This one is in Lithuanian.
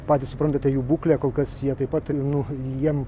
patys suprantate jų būklę kol kas jie taip pat nu jiem